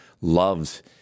loves